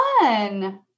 fun